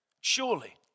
Surely